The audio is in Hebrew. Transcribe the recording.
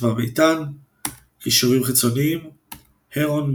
כטמ"ם איתן קישורים חיצוניים Heron,